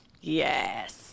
yes